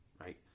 right